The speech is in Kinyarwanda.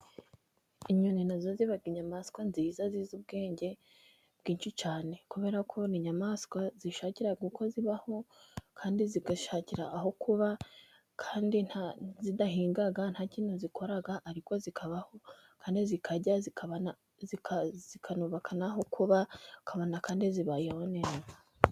inyoni na zo ziba inyamaswa nziza zizi ubwenge bwinshi cyane, kubera ko n inyamaswa zishakira uko zibaho, kandi zikishakira aho kuba, kandi zidahinga nta kintu zikora. Ariko zikabaho kandi zikarya zikanubaka n'aho kuba, ukabona kandi zibayeho neza.